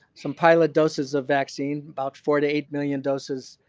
some pilot doses of vaccine about four to eight million doses